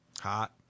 Hot